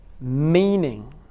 meaning